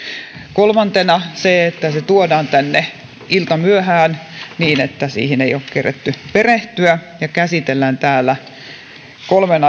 kolmantena se että tämä tuodaan tänne iltamyöhään niin että siihen ei ole keretty perehtyä ja käsitellään täällä kolmen